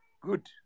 Good